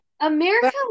America